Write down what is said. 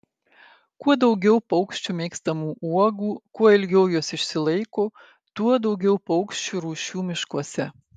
kuo daugiau paukščių mėgstamų uogų kuo ilgiau jos išsilaiko tuo daugiau paukščių rūšių miškuose